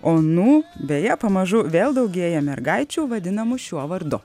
onų beje pamažu vėl daugėja mergaičių vadinamų šiuo vardu